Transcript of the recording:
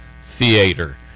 theater